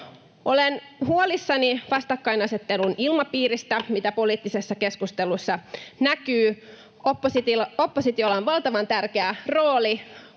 Olen huolissani vastakkainasettelun ilmapiiristä, mitä poliittisessa keskustelussa näkyy. Oppositiolla on valtavan tärkeä rooli